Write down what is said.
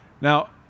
now